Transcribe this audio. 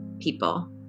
people